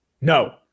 No